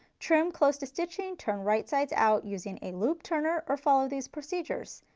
trim close to stitching, turn right sides out using a loop turner or follow these procedures.